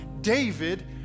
David